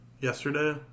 yesterday